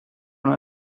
when